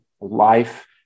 life